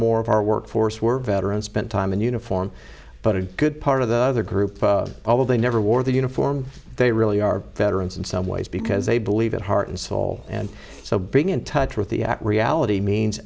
more of our workforce were veterans spent time in uniform but a good part of the other group although they never wore the uniform they really are veterans in some ways because they believe in heart and soul and so being in touch with the at reality means